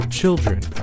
children